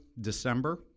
December